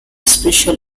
special